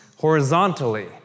horizontally